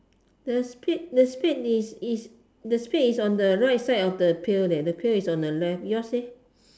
the spade the spade is on the right side of the pail leh the pail is on the left yours leh